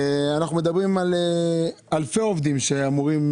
אנחנו מדברים על אלפי עובדים שאמורים,